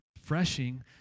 refreshing